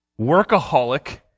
workaholic